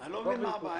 אני לא מבין מה הבעיה.